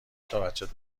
دامنت